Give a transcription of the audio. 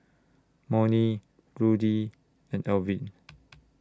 Monnie Ruthie and Alvin